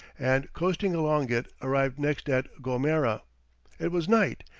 and coasting along it arrived next at gomera it was night,